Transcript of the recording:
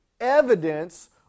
evidence